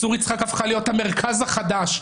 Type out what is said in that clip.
צור יצחק הפכה להיות "המרכז החדש".